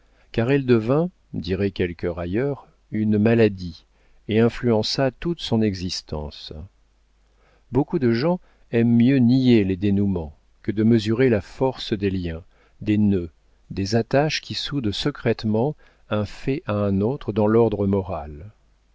car elle devint diraient quelques railleurs une maladie et influença toute son existence beaucoup de gens aiment mieux nier les dénouements que de mesurer la force des liens des nœuds des attaches qui soudent secrètement un fait à un autre dans l'ordre moral